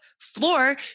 floor